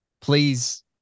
please